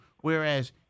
whereas